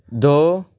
ਦੋ